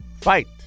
fight